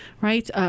Right